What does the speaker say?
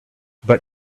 but